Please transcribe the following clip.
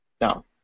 No